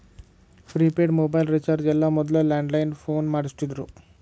prepaid mobile recharge ಎಲ್ಲ ಮೊದ್ಲ landline phone ಮಾಡಸ್ತಿದ್ರು